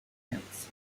offence